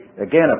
again